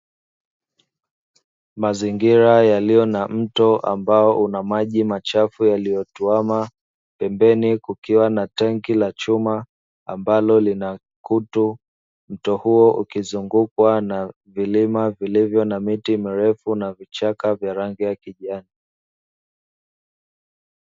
Mazingira yaliyo na mto ambao una maji machafu yaliyotuama, pembeni kukiwa na tanki la chuma ambalo lina kutu, mto huo ukizungukwa na vilima vilivyo na miti mirefu na vichaka vya rangi ya kijani.